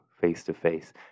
face-to-face